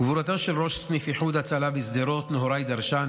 גבורתו של ראש סניף איחוד הצלה בשדרות נהוראי דרשן